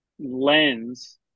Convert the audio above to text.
lens